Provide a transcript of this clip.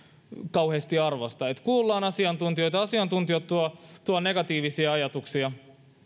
kauheasti arvosta että kuullaan asiantuntijoita asiantuntijat tuovat tuovat negatiivisia ajatuksia